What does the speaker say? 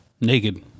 Naked